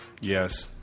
yes